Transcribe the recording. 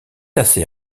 assez